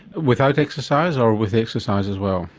without exercise or with exercise as well?